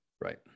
Right